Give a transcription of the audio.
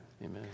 Amen